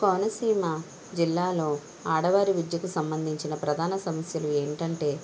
కోనసీమ జిల్లాలో ఆడవారి విద్యకు సంబంధించిన ప్రధాన సమస్యలు ఏమిటంటే